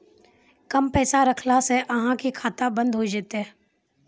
कम पैसा रखला से अहाँ के खाता बंद हो जैतै?